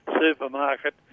supermarket